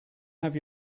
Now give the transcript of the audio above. have